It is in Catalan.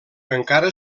encara